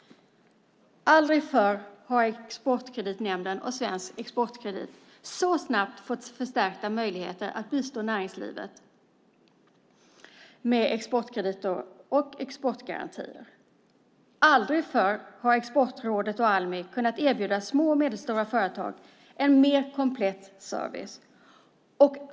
Aldrig förr har Exportkreditnämnden och Svensk Exportkredit så snabbt fått förstärkta möjligheter att bistå näringslivet med exportkrediter och exportgarantier. Aldrig förr har Exportrådet och Almi kunnat erbjuda små och medelstora företag en mer komplett service.